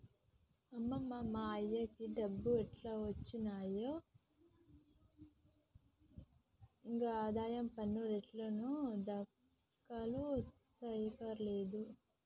అమ్మయ్య మా అయ్యకి డబ్బై ఏండ్లు ఒచ్చినాయి, ఇగ ఆదాయ పన్ను రెటర్నులు దాఖలు సెయ్యకర్లేదు